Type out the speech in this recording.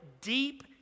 deep